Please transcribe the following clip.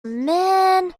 man